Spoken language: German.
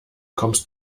kommst